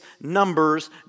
Numbers